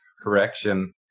correction